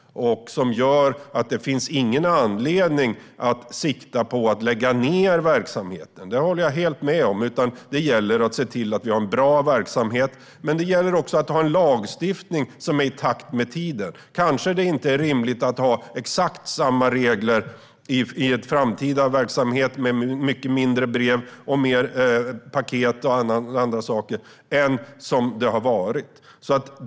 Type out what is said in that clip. Det finns ingen anledning att sikta på att lägga ned verksamheten. Det håller jag helt med om. Det gäller att se till att ha en bra verksamhet, men det gäller också att ha en lagstiftning som är i takt med tiden. Kanske är det inte rimligt att ha exakt samma regler i en framtida verksamhet med färre brev och mer paket än som det har varit.